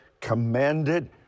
commanded